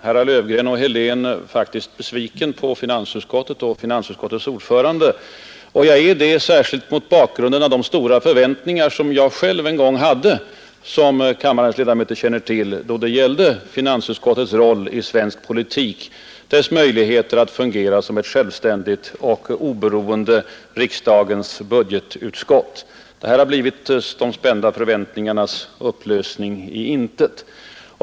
herrar Löfgren och Helén faktiskt besviken på finansutskottet och finansutskottets ordförande. Jag är det särskilt mot bakgrunden av de stora förväntningar som jag själv en gång hade, som kammarens ledamöter känner till, då det gällde finansutskottets roll i svensk politik, dess möjligheter att fungera som ett självständigt och oberoende riksdagens budgetutskott. Det har nu blivit de spända förväntningarnas upplösning i intet. Tyvärr.